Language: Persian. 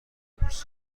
دوست